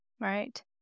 right